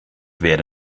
werde